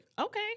Okay